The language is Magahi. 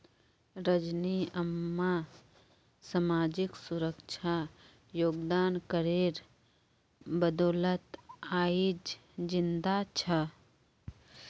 रजनी अम्मा सामाजिक सुरक्षा योगदान करेर बदौलत आइज जिंदा छ